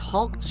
Hulk